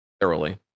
thoroughly